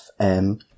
FM